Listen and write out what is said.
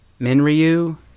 Minryu